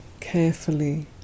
carefully